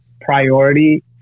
priority